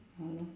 !hannor!